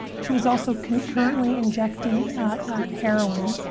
she was also concurrently injecting heroin.